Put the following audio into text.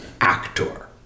actor